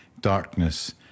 darkness